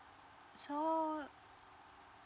so